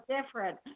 different